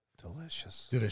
Delicious